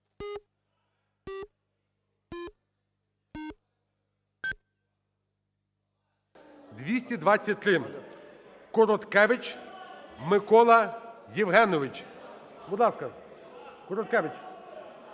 За-223 Короткевич Микола Євгенович. Будь ласка, Короткевич,